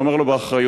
אבל אומר לו באחריות: